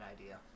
idea